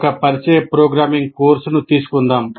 ఒక పరిచయ programming course తీసుకుందాం